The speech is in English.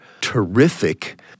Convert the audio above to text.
terrific